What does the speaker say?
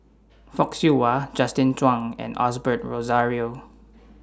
Fock Siew Wah Justin Zhuang and Osbert Rozario